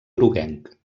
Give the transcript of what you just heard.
groguenc